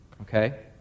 okay